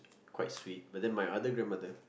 quite sweet but then my other grandmother